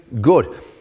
good